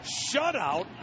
shutout